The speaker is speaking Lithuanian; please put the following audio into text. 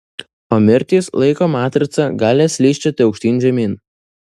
o mirtys laiko matrica gali slysčioti aukštyn žemyn